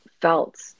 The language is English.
felt